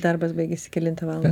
darbas baigiasi kelintą valandą